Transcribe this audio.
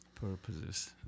purposes